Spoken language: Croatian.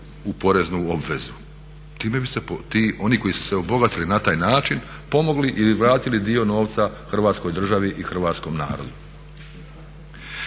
u poreznu obvezu. Time bi se ti, oni koji su se obogatili na taj način pomogli ili vratili dio novca hrvatskoj državi i hrvatskom narodu.